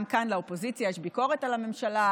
גם כאן לאופוזיציה יש ביקורת על הממשלה.